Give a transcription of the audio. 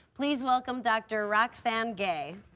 please welcome dr. roxane gay.